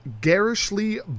garishly